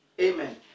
Amen